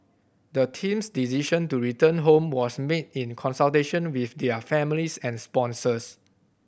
the team's decision to return home was made in consultation with their families and sponsors